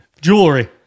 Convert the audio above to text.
Jewelry